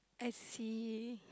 I see